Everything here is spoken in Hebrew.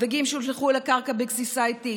דגים שהושלכו אל הקרקע לגסיסה איטית,